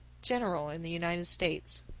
general in the united states.